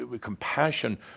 compassion